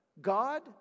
God